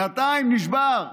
שנתיים, נשבר.